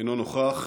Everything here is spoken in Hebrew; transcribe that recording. אינו נוכח.